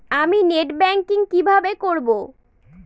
আমি net banking কিভাবে করব?